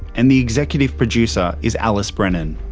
and the executive producer is alice brennan.